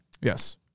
Yes